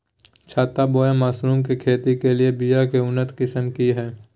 छत्ता बोया मशरूम के खेती के लिए बिया के उन्नत किस्म की हैं?